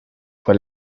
fue